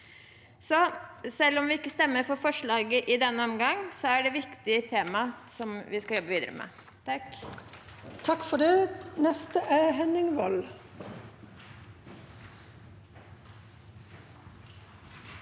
Selv om vi ikke stemmer for forslaget i denne omgang, er det et viktig tema som vi skal jobbe videre med.